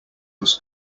was